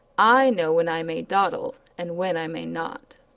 i know when i may dawdle and when i may not.